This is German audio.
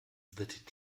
wird